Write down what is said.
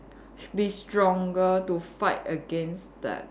be stronger to fight against that